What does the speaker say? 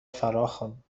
فراخواند